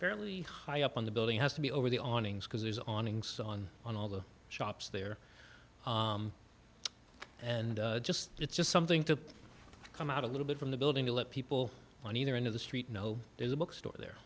fairly high up on the building has to be over the awnings because there's on ngs on on all the shops there and just it's just something to come out a little bit from the building to let people on either end of the street know there's a bookstore there